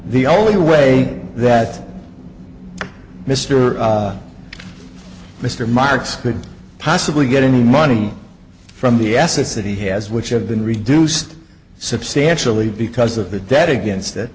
the only way that mister mr marks could possibly get any money from the s s that he has which have been reduced substantially because of the dead against it